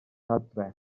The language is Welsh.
adre